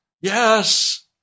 Yes